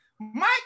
Mike